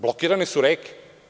Blokirane su reke.